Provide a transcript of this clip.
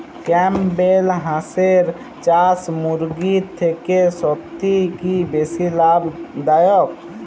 Campbell হাঁসের চাষ মুরগির থেকে সত্যিই কি বেশি লাভ দায়ক?